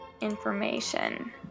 information